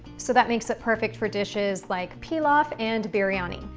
so that makes it perfect for dishes like pilaf and biryani.